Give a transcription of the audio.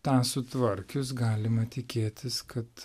tą sutvarkius galima tikėtis kad